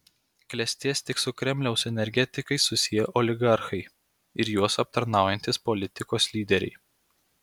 klestės tik su kremliaus energetikais susiję oligarchai ir juos aptarnaujantys politikos lyderiai